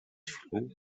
chwilą